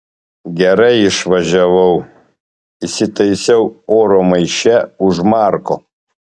gerai išvažiavau įsitaisiau oro maiše už marko